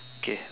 okay